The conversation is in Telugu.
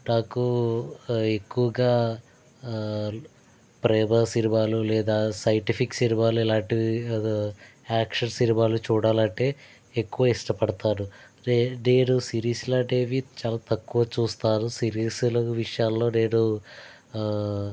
నాకు ఎక్కువగా ఆ ప్రేమ సినిమాలు లేదా సైంటిఫిక్ సినిమాలు ఇలాంటి యాక్షన్ సినిమాలు చూడాలంటే ఎక్కువ ఇష్టపడతాను నేను సిరీస్ అనేవి చాల తక్కువ చూస్తారు సిరీస్ల విషయాలలో నేను